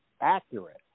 accurate